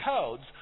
codes